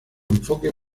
enfoque